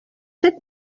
fet